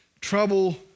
trouble